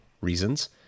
reasons